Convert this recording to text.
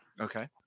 Okay